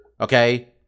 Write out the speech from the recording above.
Okay